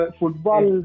football